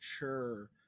mature